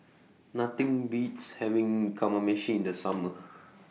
Nothing Beats having Kamameshi in The Summer